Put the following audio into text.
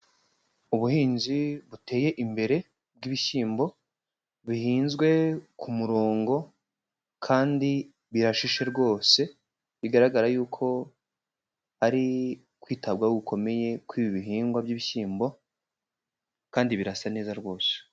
Ubuhinzi buteye imbere bw'ibishyimbo bihinzwe ku murongo kandi birahishe rwose, bigaragara yuko hari kwitabwaho gukomeye ku ibi bihingwa by'ibishyimbo kandi birasa neza rwose.